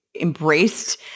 embraced